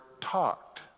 talked